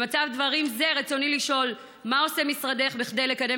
במצב דברים זה רצוני לשאול מה עושה משרדך כדי לקדם